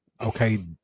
Okay